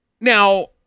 Now